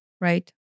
right